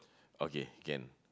okay can